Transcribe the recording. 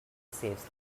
saves